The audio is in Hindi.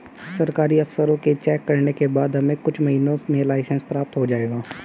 सरकारी अफसरों के चेक करने के बाद हमें कुछ महीनों में लाइसेंस प्राप्त हो जाएगा